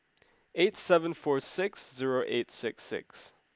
eight seven four six zero eight six six